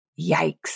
Yikes